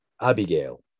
Abigail